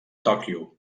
tòquio